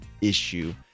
issue